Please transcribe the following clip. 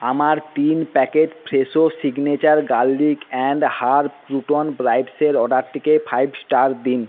আমার তিন packet Fresho Signature garlic and herb crouton ব্রাইটসের অর্ডারটিকে ফাইভ স্টার দিন